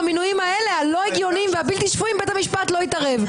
במינויים האלה הלא הגיוניים והבלתי שפויים בית המשפט לא התערב,